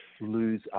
lose